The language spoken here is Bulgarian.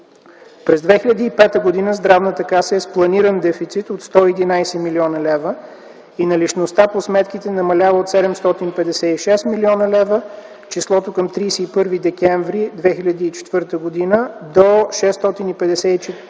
През 2005 г. Здравната каса е с планиран дефицит от 111 млн. лв. и наличността по сметките намалява от 756 млн. лв. към 31 декември 2004 г. до 654 млн.